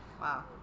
Wow